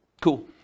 Cool